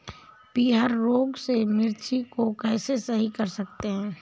पीहर रोग से मिर्ची को कैसे सही कर सकते हैं?